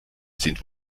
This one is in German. sind